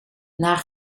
naar